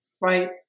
right